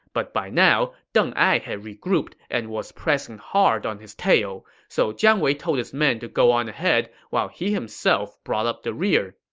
but by now, deng ai had regrouped and was pressing hard on his tail. so jiang wei told his men to go on ahead while he himself brought up the rear.